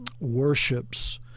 worships